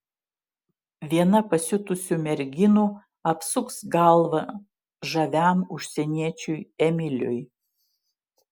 viena pasiutusių merginų apsuks galvą žaviam užsieniečiui emiliui